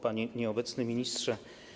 Panie Nieobecny Ministrze!